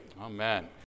Amen